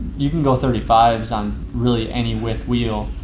you can go thirty five s on really any width wheel.